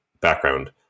background